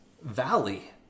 Valley